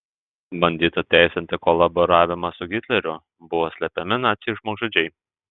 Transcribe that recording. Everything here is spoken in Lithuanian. bandyta teisinti kolaboravimą su hitleriu buvo slepiami naciai žmogžudžiai